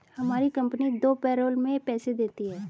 हमारी कंपनी दो पैरोल में पैसे देती है